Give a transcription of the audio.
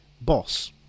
boss